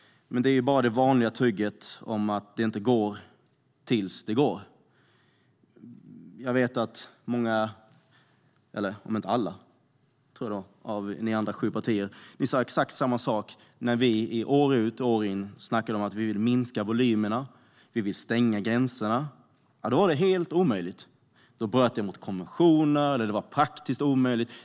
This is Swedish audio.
Men det är bara det vanliga tugget om att det inte går tills det går. Jag vet att många, om inte alla, av de andra sju partierna sa exakt samma sak när vi år ut och år in snackade om att vi ville minska volymerna och stänga gränserna. Då var det helt omöjligt. Det bröt mot konventioner, och det var praktiskt omöjligt.